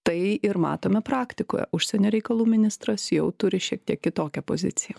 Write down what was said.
tai ir matome praktikoje užsienio reikalų ministras jau turi šiek tiek kitokią poziciją